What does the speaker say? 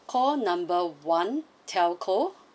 call number one telco